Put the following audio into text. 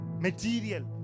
Material